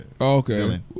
Okay